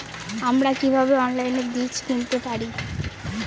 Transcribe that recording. আমরা কীভাবে অনলাইনে বীজ কিনতে পারি?